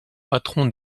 patron